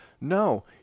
No